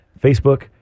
Facebook